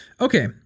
Okay